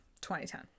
2010